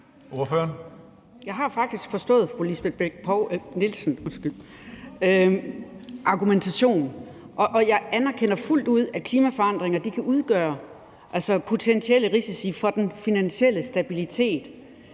Bech-Nielsens argumentation, og jeg anerkender fuldt ud, at klimaforandringer kan udgøre potentielle risici for den finansielle stabilitet.